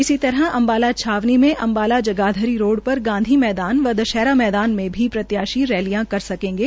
इसी तरह अम्बाला छावनी में अम्बाला जगाधरी रोड पर गांधी मैदान दश्हरा मैदान में भी प्रत्याशी रैलियां कर सकेंगे